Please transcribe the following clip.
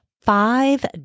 Five